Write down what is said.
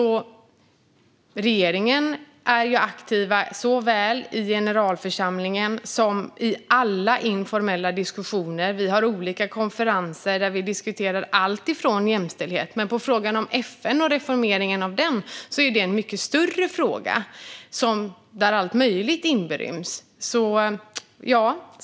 Regeringen är aktiv såväl i generalförsamlingen som i alla informella diskussioner. Vi har olika konferenser där vi diskuterar jämställdhet. Men frågan om FN och reformeringen av FN är en mycket större fråga, där allt möjligt inryms.